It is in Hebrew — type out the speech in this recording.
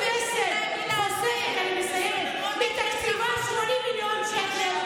אם הכנסת חוסכת מתקציבה 80 מיליון שקל,